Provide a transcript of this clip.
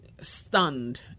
stunned